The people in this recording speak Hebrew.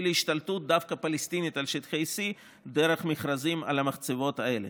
דווקא להשתלטות פלסטינית על שטחי C דרך מכרזים על המחצבות האלה.